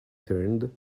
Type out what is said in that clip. turned